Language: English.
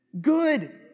good